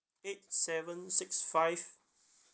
eight seven six five